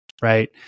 Right